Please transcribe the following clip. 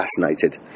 fascinated